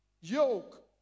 yoke